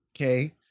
okay